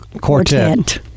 Quartet